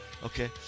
Okay